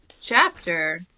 chapter